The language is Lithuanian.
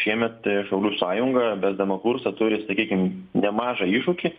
šiemet šaulių sąjunga vesdama kursą turi sakykim nemažą iššūkį